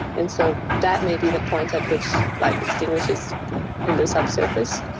and so that may be the point at which life extinguishes in the subsurface.